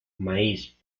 maíz